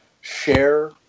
share